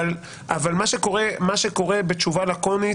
מה שקורה בתשובה לקונית,